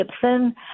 Gibson